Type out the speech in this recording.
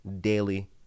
daily